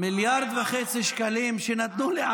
1.5 מיליארד שקלים, נתנו לך